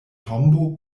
tombo